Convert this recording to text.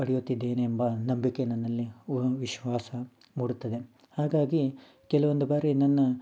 ಪಡೆಯುತ್ತಿದ್ದೇನೆ ಎಂಬ ನಂಬಿಕೆ ನನ್ನಲ್ಲಿ ವ ವಿಶ್ವಾಸ ಮೂಡುತ್ತದೆ ಹಾಗಾಗಿ ಕೆಲವೊಂದು ಬಾರಿ ನನ್ನ